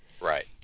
Right